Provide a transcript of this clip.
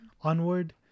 Onward